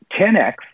10x